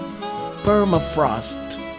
permafrost